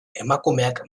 emakumeak